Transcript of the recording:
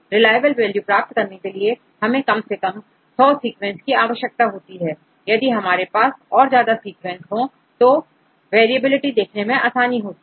reliable value प्राप्त करने के लिए हमें कम से कम 100 सीक्वेंस की आवश्यकता होती है यदि हमारे पास और ज्यादा सीक्वेंस हो तो वेरी एबिलिटी देखने में आसानी होती है